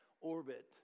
orbit